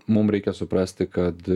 mum reikia suprasti kad